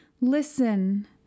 Listen